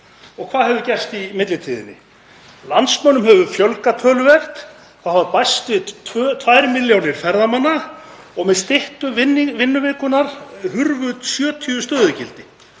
Og hvað hefur gerst í millitíðinni? Landsmönnum hefur fjölgað töluvert. Þá hafa bæst við tvær milljónir ferðamanna og með styttingu vinnuvikunnar hurfu 70 stöðugildi.